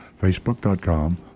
facebook.com